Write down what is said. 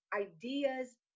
ideas